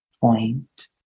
point